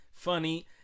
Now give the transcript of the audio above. funny